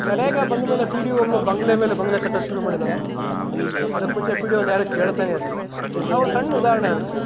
ನರೇಗ ಬಂದಮೇಲೆ P D ಒಗಳು ಬಂಗಲೆ ಮೇಲೆ ಬಂಗಲೆ ಕಟ್ಟಕ್ಕೆ ಶುರು ಮಾಡಿದ್ದಾರೆ ಅದಕ್ಕೆ ಮುಂಚೆ ಪಿ ಡಿ ಒನ ಯಾರೂ ಕೇಳ್ತಾನೆ ಇರಲಿಲ್ಲ ಆ ಒಂದು ಸಣ್ಣ ಉದಾಹರಣೆ ಹೇಳ್ತೇನೆ